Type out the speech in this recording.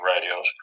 radios